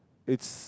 it's